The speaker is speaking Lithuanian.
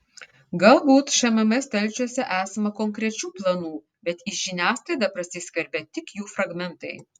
galbūt šmm stalčiuose esama konkrečių planų bet į žiniasklaidą prasiskverbia tik jų fragmentai